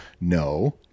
No